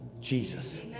Jesus